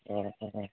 অঁ অঁ